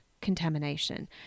contamination